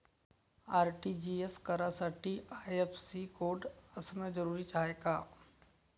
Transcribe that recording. RTGS करासाठी IFSC code असनं जरुरीच हाय का?